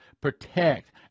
protect